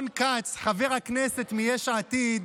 חבר הכנסת מיש עתיד,